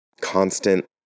constant